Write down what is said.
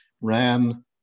ran